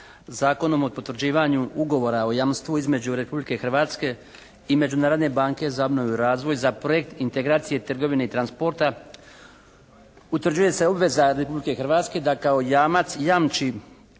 Zakonom o potvrđivanju Ugovora o jamstvu između Republike Hrvatske i Međunarodne banke za obnovu i razvoj za projekt integracije trgovine i transporta utvrđuje se obveza Republike Hrvatske da kao jamac jamči